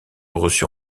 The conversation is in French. reçut